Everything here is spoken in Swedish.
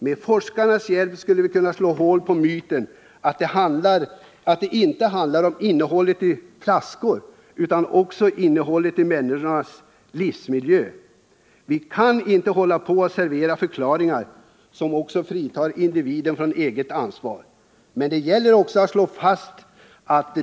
Med forskarnas hjälp skulle vi kunna slå hål på myten att det handlar om innehållet i flaskorna — det handlar om innehållet i människors livsmiljö. Vi kan inte fortsätta med att servera förklaringar som fritar individen från eget ansvar.